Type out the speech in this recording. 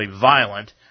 violent